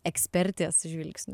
ekspertės žvilgsniu